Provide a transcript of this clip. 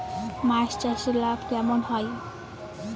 মাছ চাষে লাভ কেমন হয়?